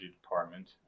department